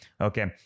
Okay